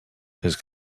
his